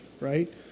right